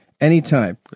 Anytime